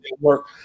work